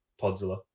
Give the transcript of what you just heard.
podzilla